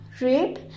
rape